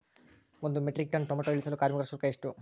ಒಂದು metric ton tomato ಇಳಿಸಲು ಕಾರ್ಮಿಕರ ಶುಲ್ಕ ಎಷ್ಟು?